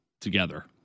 together